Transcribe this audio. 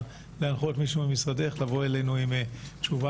להנחות מישהו ממשרדך לבוא אלינו עם תשובה.